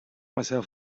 myself